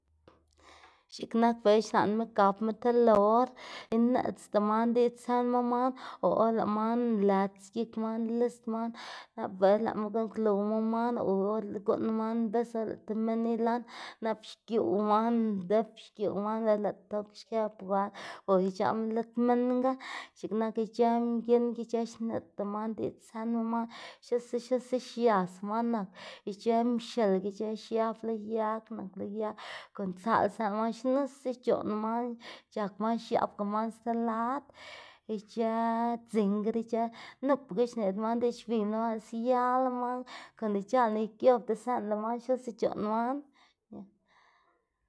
x̱iꞌk nak bela xlaꞌnma gapma ti lor ineꞌdz man diꞌdz zënma man o or lëꞌ man nlëts gik man list man nap bela lëꞌma guꞌnnkluwma man o or guꞌnn man bis or lëꞌ ti minn ilan nap xgiuꞌw man ndzip xgiuꞌw man dela lëꞌ tok xkë puert konga ic̲h̲aꞌma liꞌt minnga x̱iꞌk nak ic̲h̲ë mginn ki ic̲h̲ë xneꞌdzda man diꞌdz zënma man xnuse xnuse xias man nak ic̲h̲ë mxil ki xiab lo yag nak lo yag kon tsaꞌlá zënlá man xnuse xc̲h̲oꞌn man c̲h̲ak man xiabag man xti lad, ic̲h̲ë dzingr ic̲h̲ë nupga xneꞌdz man diꞌdz xwiyma lo man lëꞌ siala manga konda ic̲h̲aꞌlá nike giobdac̲h̲e zënlá man xnuse c̲h̲oꞌn man.